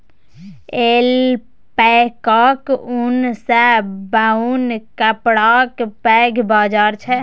ऐल्पैकाक ऊन सँ बनल कपड़ाक पैघ बाजार छै